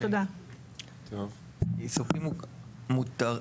עוד אל הספקתי, זה היה הבוקר.